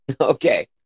Okay